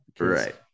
Right